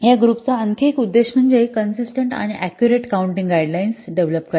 या ग्रुप चा आणखी एक उद्देश म्हणजे कंसिस्टन्ट आणि ऍक्युरेट काउंटिंग गाईडलाईन्स डेव्हलप करणे